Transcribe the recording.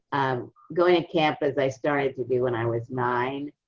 going to camp as i started to do when i was nine,